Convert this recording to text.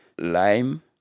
lime